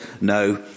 No